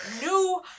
new